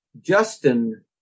Justin